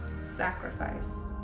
sacrifice